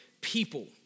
people